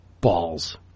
balls